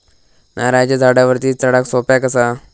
नारळाच्या झाडावरती चडाक सोप्या कसा?